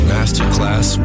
Masterclass